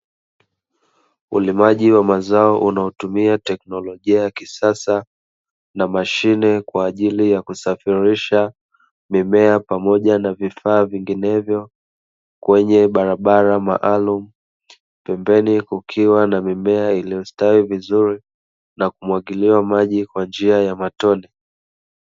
Ulimaji wa mazao unaotumia teknolojia ya kisasa, na mashine kwa ajili ya kusafirisha mimea pamoja na vifaa vinginevyo kwenye barabara maalumu, pembeni kukiwa na mimea iliyostawi vizuri na kumwagiliwa maji kwa njia ya matone.